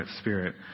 spirit